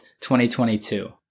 2022